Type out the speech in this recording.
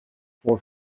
for